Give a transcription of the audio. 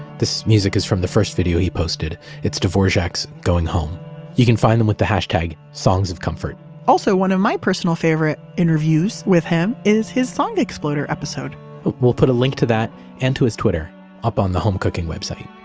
this music is from the first video he posted. it's dvorak's going home you can find them with the like songsofcomfort also, one of my personal favorite interviews with him is his song exploder episode we'll put a link to that and to his twitter up on the home cooking website